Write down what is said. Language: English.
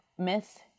Myth